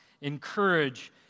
encourage